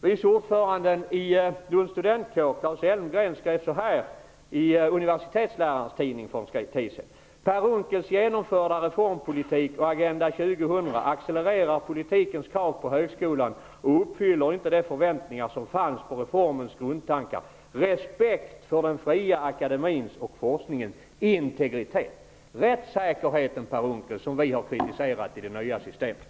Elmgren skrev i tidningen Universitetsläraren för en tid sedan: ''Per Unckels genomförda reformpolitik och Agenda 2000 accelererar politikens krav på högskolan och uppfyller inte de förväntningar som fanns på reformens grundtankar: respekt för den fria akademins och forskningens integritet.'' Det är i fråga om rättssäkerheten som vi har kritiserat det nya systemet.